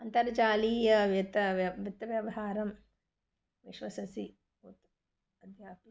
अन्तर्जालीय व्यत्त वित्त व्यवहारं विश्वससी भवतु अद्यापि